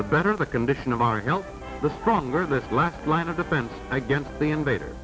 the better the condition of our health the stronger the last line of defense against the invader